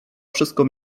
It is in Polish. wszystko